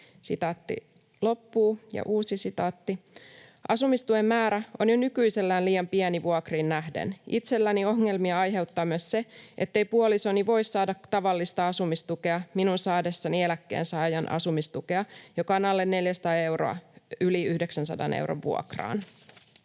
yksiöön muuttamista.” ”Asumistuen määrä on jo nykyisellään liian pieni vuokriin nähden. Itselläni ongelmia aiheuttaa myös se, ettei puolisoni voi saada tavallista asumistukea minun saadessani eläkkeensaajan asumistukea, joka on alle 400 euroa, yli 900 euron vuokraan.”